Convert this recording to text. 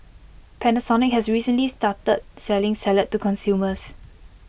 Panasonic has recently started selling salad to consumers